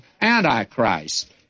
Antichrist